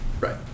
Right